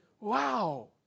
Wow